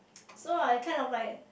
so I kind of like